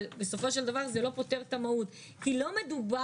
אבל בסופו של דבר זה לא פותר את המהות כי לא מדובר